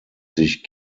sich